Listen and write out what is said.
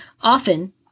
often